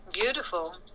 beautiful